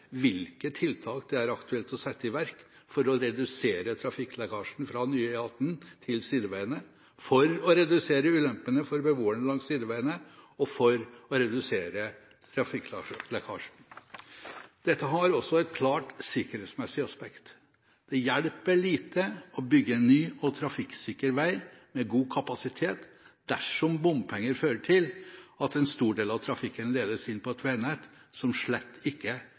hvilke tiltak det er aktuelt å sette i verk for å redusere trafikklekkasjen fra nye E18 til sideveiene for å redusere ulempene for beboerne langs sideveiene, og for å redusere trafikklekkasjen. Dette har også et klart sikkerhetsmessig aspekt. Det hjelper lite å bygge en ny og trafikksikker vei med god kapasitet dersom bompenger fører til at en stor del av trafikken ledes inn på et veinett som slett ikke